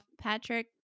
Patrick